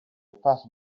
passed